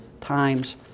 times